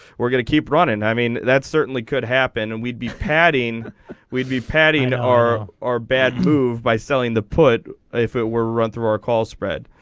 we're gonna keep running and i mean that certainly could happen and we'd be padding we'd be paddy and our or bad move by selling the put if it were run through our call spread.